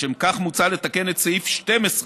לשם כך מוצע לתקן את סעיף 12 לחוק,